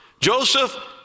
Joseph